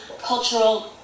cultural